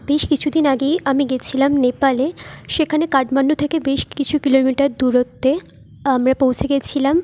বেশ কিছু দিন আগেই আমি গেছিলাম নেপালে সেখানে কাটমান্ডু থেকে বেশ কিছু কিলোমিটার দূরত্বে আমরা পৌঁছে গেছিলাম